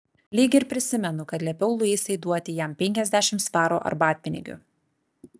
lyg ir prisimenu kad liepiau luisai duoti jam penkiasdešimt svarų arbatpinigių